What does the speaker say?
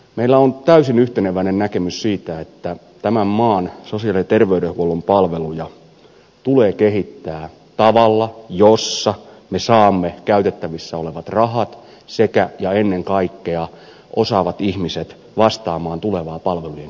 meillä on täysin yhteneväinen näkemys siitä että tämän maan sosiaali ja terveydenhuollon palveluja tulee kehittää tavalla jossa me saamme käytettävissä olevat rahat sekä ja ennen kaikkea osaavat ihmiset vastaamaan tulevaan palvelujen kysyntään